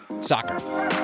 soccer